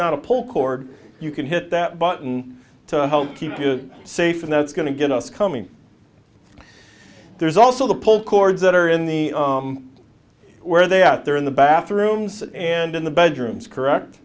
not a pull cord you can hit that button to help keep you safe and that's going to get us coming there's also the pull cords that are in the where they are out there in the bathrooms and in the bedrooms correct